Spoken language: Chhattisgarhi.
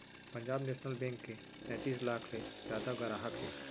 पंजाब नेसनल बेंक के सैतीस लाख ले जादा गराहक हे